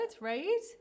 right